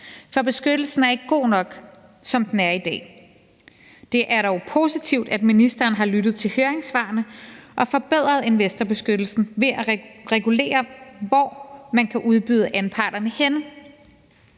for beskyttelsen er ikke god nok, som den er i dag. Det er dog positivt, at ministeren har lyttet til høringssvarene og forbedret investorbeskyttelsen ved at regulere, hvor man kan udbyde anparterne henne.